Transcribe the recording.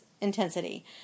intensity